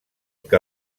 que